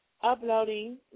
uploading